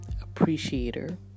appreciator